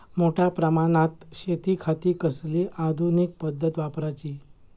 मोठ्या प्रमानात शेतिखाती कसली आधूनिक पद्धत वापराची?